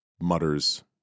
mutters